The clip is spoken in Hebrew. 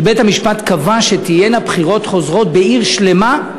קבע שתהיינה בחירות חוזרות בעיר שלמה,